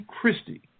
Christie